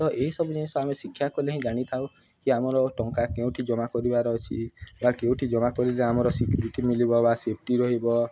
ତ ଏଇସବୁ ଜିନିଷ ଆମେ ଶିକ୍ଷା କଲେ ହିଁ ଜାଣିଥାଉ କି ଆମର ଟଙ୍କା କେଉଁଠି ଜମା କରିବାର ଅଛି ବା କେଉଁଠି ଜମା କଲେ ଆମର ସିକ୍ୟୁରିଟି ମଳିବ ବା ସେଫ୍ଟି ରହିବ